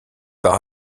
par